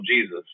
Jesus